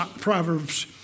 Proverbs